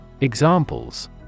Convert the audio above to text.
Examples